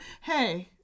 Hey